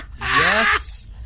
Yes